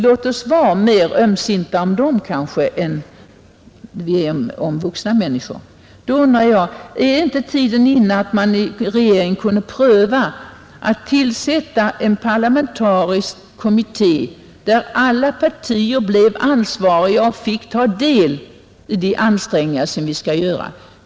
Låt oss vara mer ömsinta om dem än vi kanske är om vuxna människor! Då undrar jag om inte tiden är inne för vår regering att pröva, om inte en parlamentarisk kommitté bör tillsättas, där alla partier blir ansvariga och får ta del i de ansträngningar som vi skall göra.